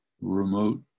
remote